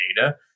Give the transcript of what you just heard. data